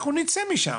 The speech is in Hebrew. אנחנו נצא משם.